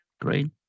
Great